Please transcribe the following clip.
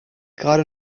gerade